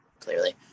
clearly